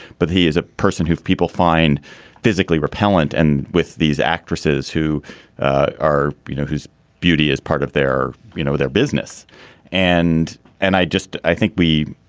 but he is a person who people find physically repellent. and with these actresses who are, you know, whose beauty is part of their you know, their business and and i just i think we